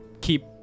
keep